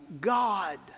God